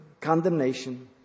condemnation